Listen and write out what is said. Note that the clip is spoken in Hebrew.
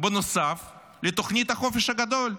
בנוסף לתוכנית החופש הגדול?